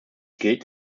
gilt